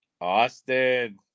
Austin